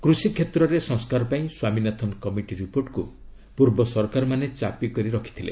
କୃଷି କ୍ଷେତ୍ରରେ ସଂସ୍କାର ପାଇଁ ସ୍ୱାମୀନାଥନ୍ କମିଟି ରିପୋର୍ଟକୁ ପୂର୍ବ ସରକାରମାନେ ଚାପି ରଖିଥିଲେ